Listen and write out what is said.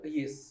yes